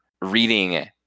reading